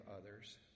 others